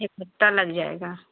एक हफ़्ता लग जाएगा